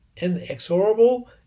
inexorable